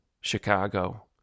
Chicago